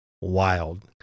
wild